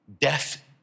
Death